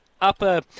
upper